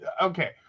okay